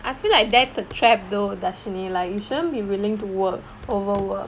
I feel like that's a trap though dharshini like you shouldn't be willing to work overwork